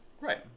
Right